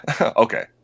okay